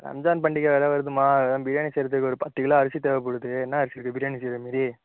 ரம்ஜான் பண்டிகை வேற வருதும்மா அதான் பிரியாணி செய்யுறதுக்கு ஒரு பத்து கிலோ அரிசி தேவைப்படுது என்ன அரிசி இருக்கு பிரியாணி செய்யுற மாரி